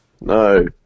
No